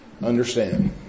understand